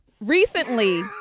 recently